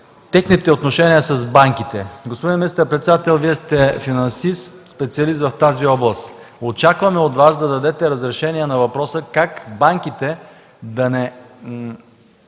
техните отношения с банките. Господин министър-председател, Вие сте финансист, специалист в тази област. Очакваме от Вас да дадете разрешение на въпроса как банките да не